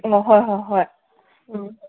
ꯑꯣ ꯍꯣꯏ ꯍꯣꯏ ꯍꯣꯏ ꯎꯝ